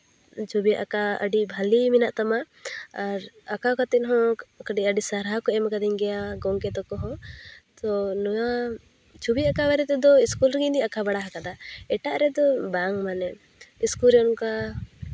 ᱪᱷᱚᱵᱤ ᱟᱸᱠᱟᱣ ᱟᱹᱰᱤ ᱵᱷᱟᱞᱮ ᱢᱮᱱᱟᱜ ᱛᱟᱢᱟ ᱟᱨ ᱟᱸᱠᱟᱣ ᱠᱟᱛᱮ ᱦᱚᱸ ᱠᱟᱹᱴᱤᱡ ᱟᱹᱰᱤ ᱥᱟᱨᱦᱟᱣ ᱠᱚ ᱮᱢ ᱠᱟᱹᱫᱤᱧ ᱜᱮᱭᱟ ᱜᱚᱢᱠᱮ ᱛᱟᱠᱚ ᱦᱚᱸ ᱛᱚ ᱱᱚᱣᱟ ᱪᱷᱚᱵᱤ ᱟᱸᱠᱟᱣ ᱵᱟᱨᱮ ᱛᱮᱫᱚ ᱤᱥᱠᱩᱞ ᱨᱮᱜᱮ ᱤᱧᱫᱩᱧ ᱟᱸᱠᱟ ᱵᱟᱲᱟ ᱠᱟᱫᱟ ᱮᱴᱟᱜ ᱨᱮᱫᱚ ᱵᱟᱝ ᱢᱟᱱᱮ ᱤᱥᱠᱩᱞᱨᱮ ᱚᱱᱠᱟ